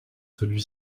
celui